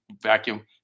vacuum